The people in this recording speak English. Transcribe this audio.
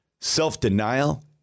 Self-denial